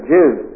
Jews